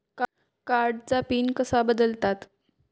कार्डचा पिन कसा बदलतात?